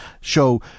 show